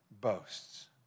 boasts